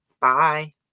Bye